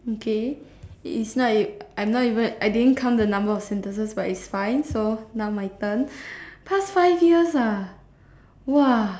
okay it's not even I'm not even I didn't count the number of sentences but it's fine so now my turn past five years ah !wah!